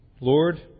Lord